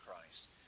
Christ